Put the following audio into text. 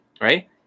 right